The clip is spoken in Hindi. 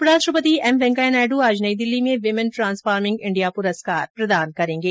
उप राष्ट्रपति एम वेंकैया नायड् आज नई दिल्ली में वीमैन ट्रांसफॉर्मिंग इंडिया पुरस्कार प्रदान करेंगे